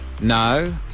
No